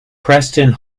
preston